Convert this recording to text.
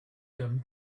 him